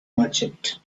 merchant